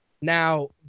Now